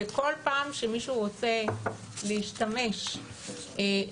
וכל פעם שמישהו רוצה להשתמש בחשמל,